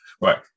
Right